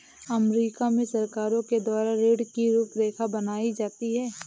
अमरीका में सरकारों के द्वारा ऋण की रूपरेखा बनाई जाती है